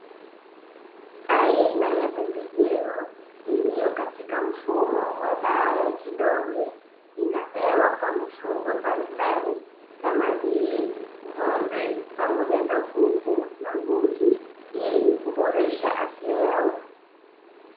Aina ya pembejeo iliyo katika mfumo wa dawa ya kidonge inapewa kwa mifugo mbali mbali kama vile ng'ombe pamoja na kuku na mbuzi ili kuboresha afya yao.